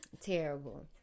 terrible